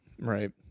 Right